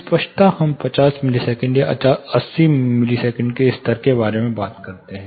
स्पष्टता हम 50 मिलीसेकंड या 80 मिलीसेकंड स्तर के बारे में बात कर रहे हैं